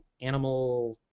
animal